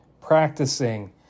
practicing